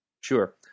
Sure